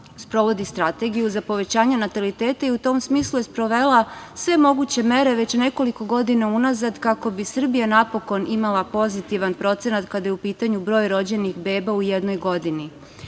sprovodi strategiju za povećanje nataliteta i u tom smislu je sprovela sve moguće mere već nekoliko godina unazad kako bi Srbija napokon imala pozitivan procenat kada je u pitanju broj rođenih beba u jednoj godini. Takođe,